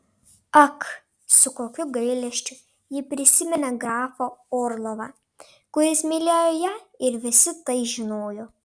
ak su kokiu gailesčiu ji prisimena grafą orlovą kuris mylėjo ją ir visi tai žinojo